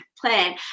plan